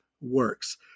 works